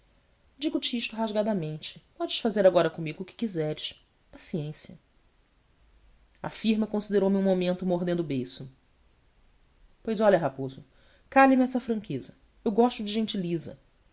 digo-te isto rasgadamente podes fazer agora comigo o que quiseres paciência a firma considerou me um momento mordendo o beiço pois olha raposo calha me essa franqueza eu gosto de gente lisa